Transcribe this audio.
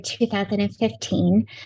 2015